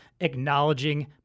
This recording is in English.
acknowledging